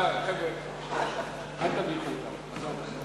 חבר'ה, אל תביכו אותם.